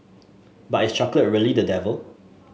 but is chocolate really the devil